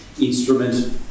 instrument